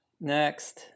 next